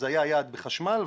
זה היה יעד בחשמל,